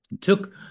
took